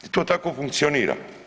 I to tako funkcionira.